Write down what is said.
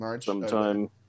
sometime